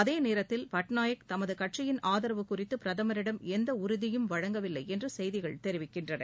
அதேநேரத்தில் பட்நாயக் தமது கட்சியின் ஆதரவு குறித்து பிரதமரிடம் எந்த உறுதியும் வழங்கவில்லை என்று செய்திகள் தெரிவிக்கின்றன